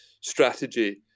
strategy